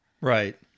Right